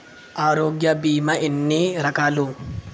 ఆరోగ్య బీమా ఎన్ని రకాలు?